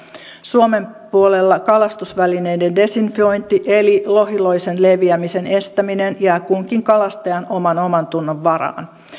suomen puolella kalastusvälineiden desinfiointi eli lohiloisen leviämisen estäminen jää kunkin kalastajan omantunnon varaan